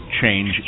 change